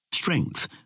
Strength